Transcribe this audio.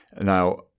now